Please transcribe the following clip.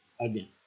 Again